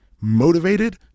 motivated